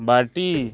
भाटी